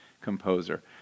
composer